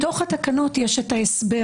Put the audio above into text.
כי בתוך התקנות יש את ההסבר,